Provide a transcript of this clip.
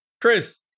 Chris